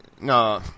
no